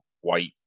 white